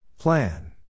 Plan